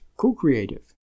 co-creative